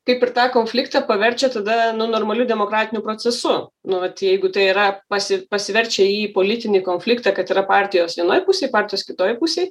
kaip ir tą konfliktą paverčia tada nu normaliu demokratiniu procesu nu vat jeigu tai yra pasi pasiverčia į politinį konfliktą kad yra partijos vienoj pusėj partijos kitoj pusėj